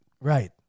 Right